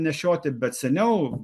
nešioti bet seniau